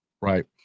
right